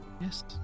yes